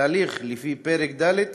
תהליך לפי פרק ד'